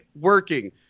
working